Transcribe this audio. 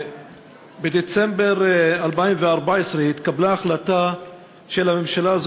בדצמבר 2014 התקבלה החלטה של הממשלה,